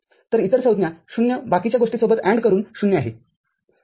तर इतर संज्ञा ० बाकीच्या गोष्टीसोबत AND करून ० आहे